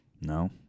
No